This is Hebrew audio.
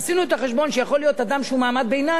שיכול להיות אדם שהוא מעמד ביניים